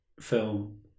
film